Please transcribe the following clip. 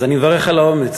אז אני מברך על האומץ.